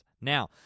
Now